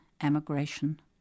emigration